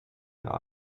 mir